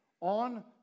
on